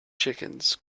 chickens